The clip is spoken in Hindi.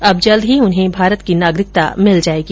अब जल्द ही उन्हें भारत की नागरिकता मिल जायेगी